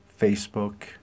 Facebook